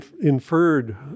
inferred